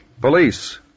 Police